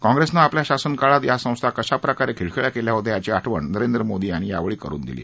काँग्रिसनं आपल्या शासन काळात या संस्था कशाप्रकारे खिळखिळ्या केल्या याची आठवण नरेंद्र मोदी यांनी यावेळी करून दिली